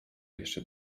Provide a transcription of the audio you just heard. jeszcze